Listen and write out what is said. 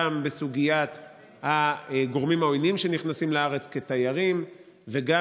גם בסוגיית הגורמים העוינים שנכנסים לארץ כתיירים וגם